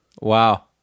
wow